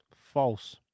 False